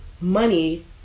money